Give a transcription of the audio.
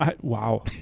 Wow